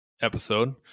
episode